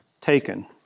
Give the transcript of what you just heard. taken